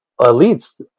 elites